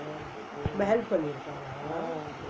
mm